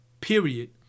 period